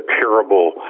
terrible